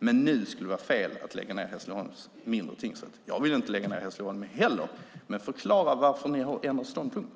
Men nu skulle det vara fel att lägga ned Hässleholms mindre tingsrätt. Jag vill inte lägga ned Hässleholms tingsrätt heller, men förklara varför ni har ändrat ståndpunkt!